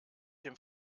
dem